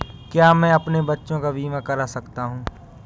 क्या मैं अपने बच्चों का बीमा करा सकता हूँ?